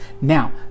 Now